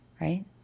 right